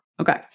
Okay